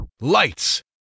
Lights